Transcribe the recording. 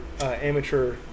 amateur